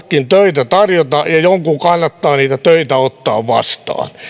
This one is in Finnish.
jollekin töitä tarjota ja jonkun kannattaa niitä töitä ottaa